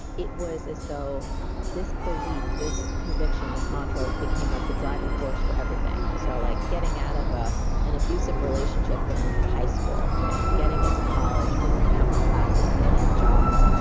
it was as though this belief, this conviction, this manta became like the driving force for everything. so like getting out of ah an abusive relationship in high school, you know getting into college, figuring out the classes, getting jobs,